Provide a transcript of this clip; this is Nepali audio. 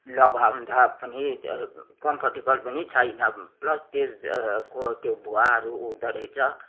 लगाउँदा पनि कम्फर्टेबल पनि छैन प्लस त्यो त्यो भुवाहरू उठ्दा रहेछ